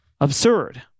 Absurd